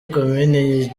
komini